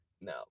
No